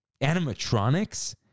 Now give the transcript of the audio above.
animatronics